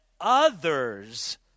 others